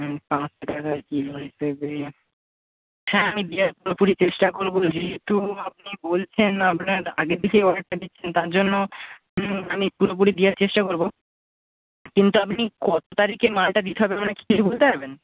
হুম পাঁচশো টাকা কিলো হিসেবে হ্যাঁ আমি দেওয়ার পুরোপুরি চেষ্টা করবো যেহেতু আপনি বলছেন আপনার আগে থেকেই অর্ডারটা দিচ্ছেন তার জন্য আমি পুরোপুরি দেওয়ার চেষ্টা করবো কিন্তু আপনি কত তারিখে মালটা দিতে হবে মানে কিছু বলতে পারবেন